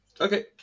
Okay